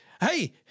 Hey